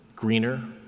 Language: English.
greener